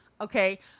Okay